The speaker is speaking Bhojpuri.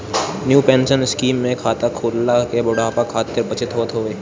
न्यू पेंशन स्कीम में खाता खोलला से बुढ़ापा खातिर बचत होत हवे